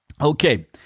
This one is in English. Okay